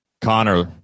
Connor